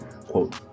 quote